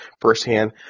firsthand